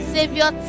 Savior